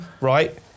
right